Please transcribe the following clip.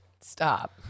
Stop